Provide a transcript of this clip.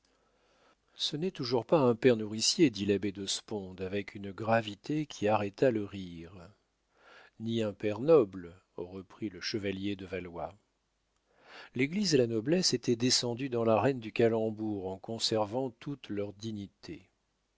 ce n'est pas toujours un père nourricier dit l'abbé de sponde avec une gravité qui arrêta le rire ni un père noble reprit le chevalier de valois l'église et la noblesse étaient descendues dans l'arène du calembour en conservant toute leur dignité